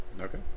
Okay